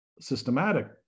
systematic